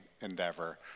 endeavor